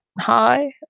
hi